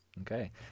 Okay